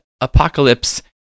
Apocalypse